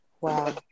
Wow